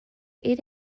eight